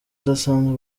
udasanzwe